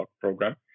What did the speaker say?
program